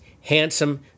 handsome